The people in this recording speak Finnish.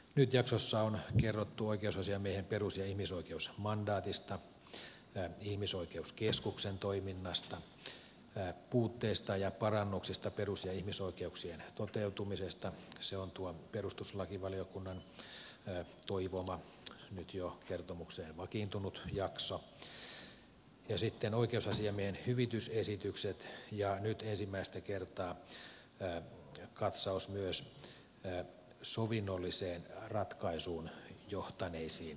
nyt jaksossa on kerrottu oikeusasiamiehen perus ja ihmisoikeusmandaatista ihmisoikeuskeskuksen toiminnasta puutteista ja parannuksista perus ja ihmisoikeuksien toteutumisessa se on tuo perustuslakivaliokunnan toivoma nyt jo kertomukseen vakiintunut jakso ja sitten siinä on oikeusasiamiehen hyvitysesitykset ja nyt ensimmäistä kertaa katsaus myös sovinnolliseen ratkaisuun johtaneisiin asioihin